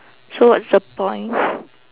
so what's the point